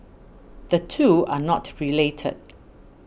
the two are not related